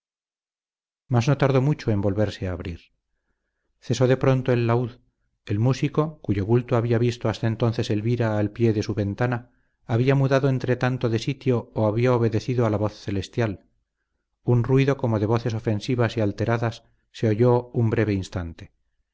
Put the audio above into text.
no tardó mucho en volverse a abrir cesó de pronto el laúd el músico cuyo bulto había visto hasta entonces elvira al pie de su ventana había mudado entretanto de sitio o había obedecido a la voz celestial un ruido como de voces ofensivas y alteradas se oyó un breve instante